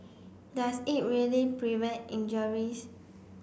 does it really prevent injuries